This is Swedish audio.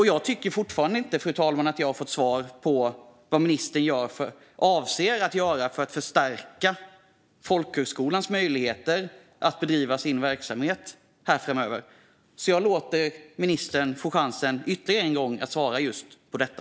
Jag tycker fortfarande inte, fru talman, att jag har fått svar på vad ministern avser att göra för att förstärka folkhögskolans möjligheter att bedriva sin verksamhet framöver, så jag låter ministern få chansen ytterligare en gång att svara på just detta.